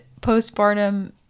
postpartum